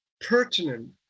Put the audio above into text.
pertinent